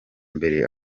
mbere